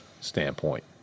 standpoint